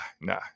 nah